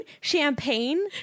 Champagne